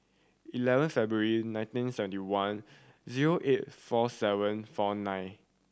eleven February nineteen seventy one zero eight four seven four nine